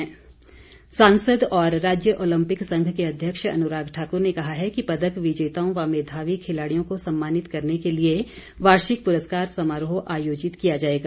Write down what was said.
अनुराग सांसद और राज्य ओलम्पिक संघ के अध्यक्ष अनुराग ठाकुर ने कहा है कि पदक विजेताओं व मेधावी खिलाड़ियों को सम्मानित करने के लिए वार्षिक पुरस्कार समारोह आयोजित किया जाएगा